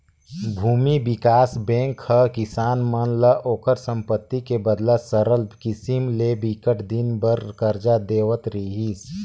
भूमि बिकास बेंक ह किसान मन ल ओखर संपत्ति के बदला सरल किसम ले बिकट दिन बर करजा देवत रिहिस